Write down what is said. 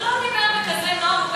הוא לא דיבר בכזה נועם,